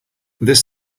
this